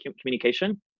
communication